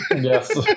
Yes